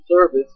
service